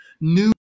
new